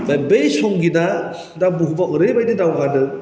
दा बै संगितआ दा बुहुमाव ओरैबायदि दावगादों